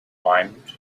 climbed